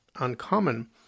uncommon